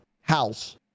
house